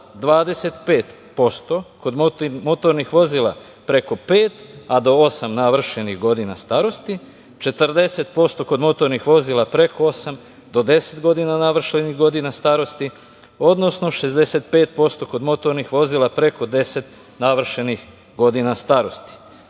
25% kod motornih vozila preko pet, a do osam navršenih godina starosti, 40% kod motornih vozila preko osam do deset godina navršenih godina starosti, odnosno 65% kod motornih vozila preko deset navršenih godina starosti.